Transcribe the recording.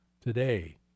today